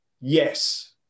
Yes